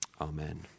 Amen